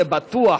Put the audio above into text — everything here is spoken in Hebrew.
זה בטוח,